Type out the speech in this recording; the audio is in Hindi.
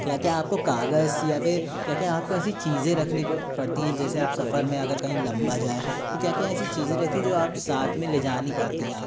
क्या क्या आपको कागज़ या फिर क्या क्या आपको ऐसी चीज़ें रखनी पड़ती हैं जैसे आप सफर में अगर कहीं लंबा जाएं तो क्या क्या ऐसी चीज़ें रहती है जो आप साथ में ले जानी पड़ती हैं आपको